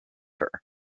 her